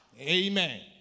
Amen